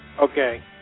Okay